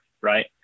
right